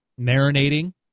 marinating